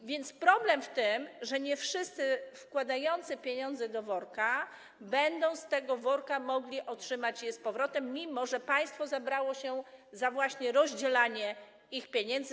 A więc problem w tym, że nie wszyscy wkładający pieniądze do worka będą z tego worka mogli otrzymać je z powrotem, mimo że państwo zabrało się za rozdzielanie ich pieniędzy.